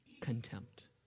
contempt